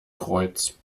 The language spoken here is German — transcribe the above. kreuz